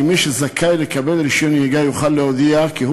כי מי שזכאי לקבל רישיון נהיגה יוכל להודיע כי הוא